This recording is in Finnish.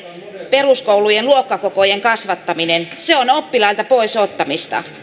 peruskoulujen luokkakokojen kasvattaminen se on oppilailta pois ottamista